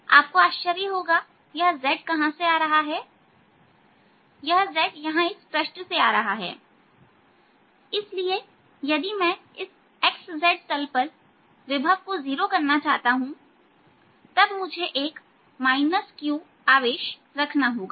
आपको आश्चर्य हो रहा होगा कि यह z कहां से आ रहा है यहां z है यह इस पृष्ठ से आ रहा है इसलिए यदि मैं इस xz तल पर विभव को 0 करना चाहता हूं तब मुझे एक q आवेश रखना होगा